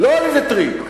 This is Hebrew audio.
לא על איזה טריק.